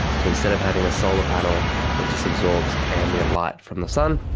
so instead of having a solar panel that just absorbs ambient light from the sun,